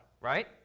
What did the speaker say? Right